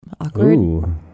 awkward